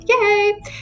Yay